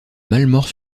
malemort